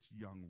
young